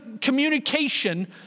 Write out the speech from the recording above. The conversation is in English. communication